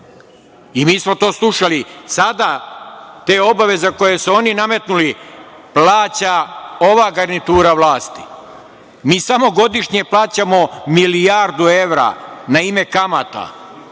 i mi smo to slušali. Sada te obaveze koje su oni nametnuli, plaća ova garnitura vlasti. Mi samo godišnje plaćamo milijardu evra na ime kamata